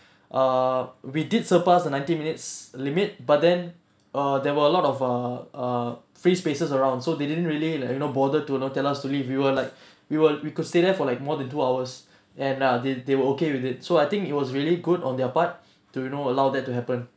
uh we did surpassed the nineteen minutes limit but then uh there were a lot of err err free spaces around so they didn't really like you know bother to tell us to leave we were like we were we could stay there for like more than two hours and uh they they were okay with it so I think it was really good on their part to you know allow that to happen